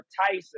Tyson